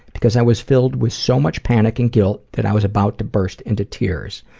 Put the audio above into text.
because i was filled with so much panic and guilt, that i was about to burst into tears.